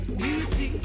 beauty